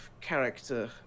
character